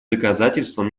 доказательством